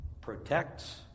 protects